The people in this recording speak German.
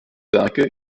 werke